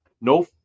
no